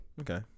Okay